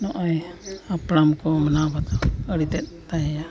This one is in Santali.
ᱱᱚᱜᱼᱚᱸᱭ ᱦᱟᱯᱲᱟᱢ ᱠᱚ ᱢᱟᱱᱟᱣ ᱵᱟᱛᱟᱣ ᱟᱹᱰᱤ ᱛᱮᱫ ᱛᱟᱦᱮᱭᱟ